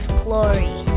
glory